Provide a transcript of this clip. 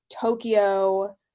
Tokyo